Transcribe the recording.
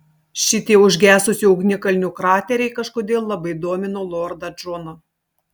šitie užgesusių ugnikalnių krateriai kažkodėl labai domino lordą džoną